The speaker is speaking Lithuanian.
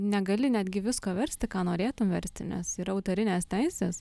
negali netgi visko versti ką norėtum versti nes yra autorinės teisės